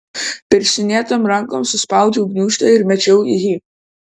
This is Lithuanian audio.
pirštinėtom rankom suspaudžiau gniūžtę ir mečiau į jį